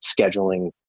scheduling